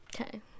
Okay